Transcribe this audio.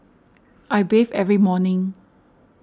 I bathe every morning